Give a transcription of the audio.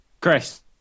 Chris